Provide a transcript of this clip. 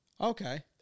Okay